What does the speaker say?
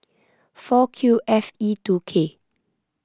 four Q F E two K